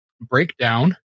breakdown